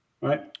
right